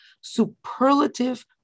superlative